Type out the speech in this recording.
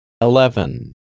Eleven